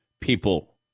people